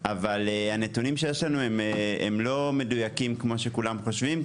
אבל הנתונים שיש לנו הם לא מדויקים כמו שכולם חושבים.